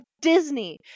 Disney